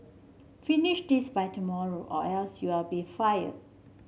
finish this by tomorrow or else you'll be fired